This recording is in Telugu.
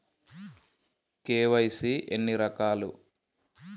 కే.వై.సీ ఎన్ని రకాలు?